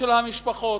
של המשפחות,